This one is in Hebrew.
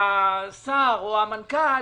שהשר או המנכ"ל